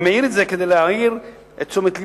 אני מעיר את זה, לתשומת לבך.